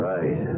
Right